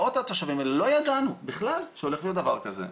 מאות התושבים הללו לא ידענו בכלל שהולך להיות דבר כזה.